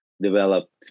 developed